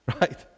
right